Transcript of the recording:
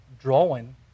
drawing